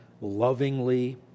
lovingly